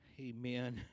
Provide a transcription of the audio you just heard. amen